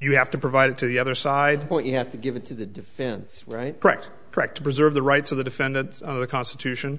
you have to provide to the other side what you have to give it to the defense right correct correct to preserve the rights of the defendant or the constitution